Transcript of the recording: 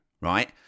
right